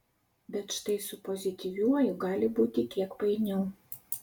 bet štai su pozityviuoju gali būti kiek painiau